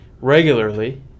regularly